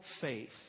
faith